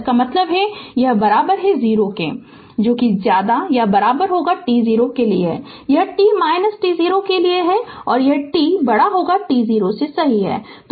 इसका मतलब यह है 0 किला t0 और यह t t0 के लिये t t0 सही है